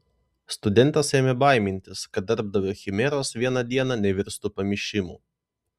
studentas ėmė baimintis kad darbdavio chimeros vieną dieną nevirstų pamišimu